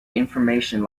information